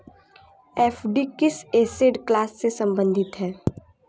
FD किस asset class से संबंधित है?